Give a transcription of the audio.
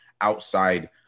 outside